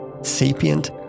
sapient